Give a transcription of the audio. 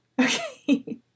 Okay